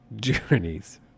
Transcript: Journeys